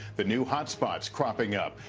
the new hot spots cropping up.